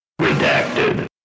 Redacted